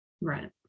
Right